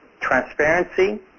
transparency